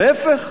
להיפך.